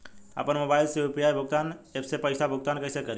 आपन मोबाइल से यू.पी.आई भुगतान ऐपसे पईसा भुगतान कइसे करि?